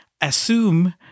assume